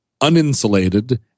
uninsulated